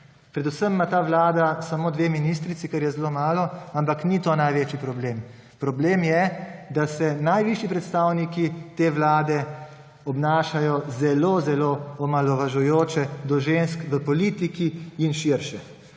Predvsem ima ta vlada samo dve ministrici, kar je zelo malo, ampak ni to največji problem. Problem je, da se najvišji predstavniki te vlade obnašajo zelo, zelo omalovažujoče do žensk v politiki in širše.